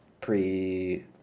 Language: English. pre